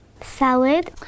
Salad